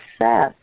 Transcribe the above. success